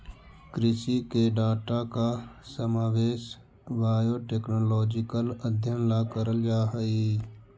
कृषि के डाटा का समावेश बायोटेक्नोलॉजिकल अध्ययन ला करल जा हई